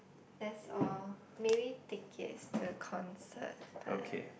that's all maybe tickets to concert but